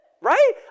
right